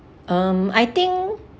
um I think